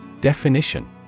Definition